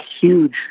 huge